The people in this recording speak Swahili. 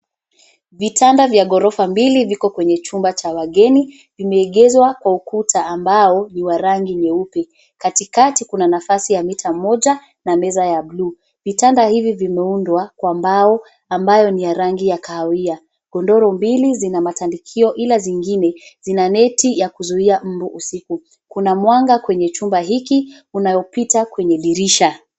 Vitanda vya gorofa mbili viko kwenye chumba cha wageni vimeegezwa kwa ukuta ambao ni wa rangi nyeupe. Katikati kuna nafasi ya mita moja na meza ya bluu. Vitanda hivi vimeundwa kwa mbao ambayo ni ya rangi ya kahawia. Godoro mbili zina matandikio ila zingine zina neti ya kuzuwia mbu usiku. Kuna mwanga kwenye chumba hiki unayopita kwenye dirisha.